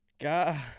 God